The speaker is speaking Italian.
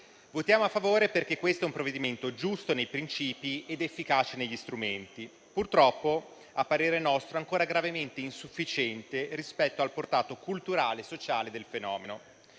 Votiamo a favore perché questo è un provvedimento giusto nei princìpi ed efficace negli strumenti. Purtroppo, a parere nostro, esso è ancora gravemente insufficiente rispetto al portato culturale e sociale del fenomeno.